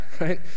right